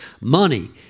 money